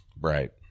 Right